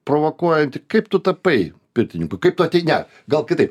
provokuojantį kaip tu tapai pirtininku kaip tu ne gal kitaip